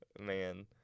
Man